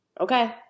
Okay